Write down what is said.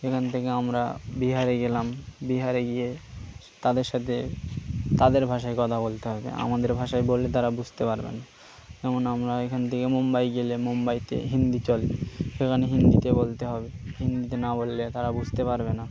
এখান থেকে আমরা বিহারে গেলাম বিহারে গিয়ে তাদের সাথে তাদের ভাষায় কথা বলতে হবে আমাদের ভাষায় বললে তারা বুঝতে পারবে না যেমন আমরা এখান থেকে মুম্বাই গেলে মুম্বাইতে হিন্দি চলে সেখানে হিন্দিতে বলতে হবে হিন্দিতে না বললে তারা বুঝতে পারবে না